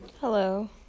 Hello